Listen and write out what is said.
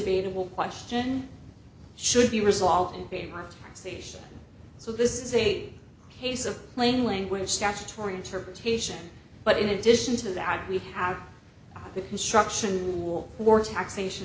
beat a will question should be resolved in favor of station so this is a case of plain language statutory interpretation but in addition to that we have the construction rule or taxation